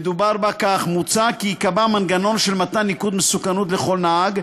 מדובר בה כך: מוצע כי ייקבע מנגנון של מתן ניקוד מסוכנות לכל נהג,